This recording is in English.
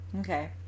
Okay